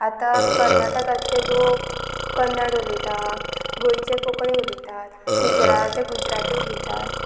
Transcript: आतां कर्नाटकांतले लोक कन्नड उलयता गोंयचे कोंकणी उलयतात गुजराचे गुजराती उलयतात